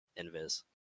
invis